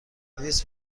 دویست